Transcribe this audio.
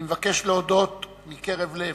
אני מבקש להודות מקרב לב,